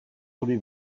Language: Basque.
zuri